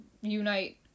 unite